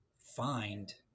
find